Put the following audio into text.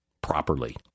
properly